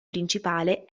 principale